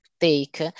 take